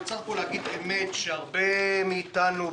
צריך פה להגיד באמת שהרבה מאתנו,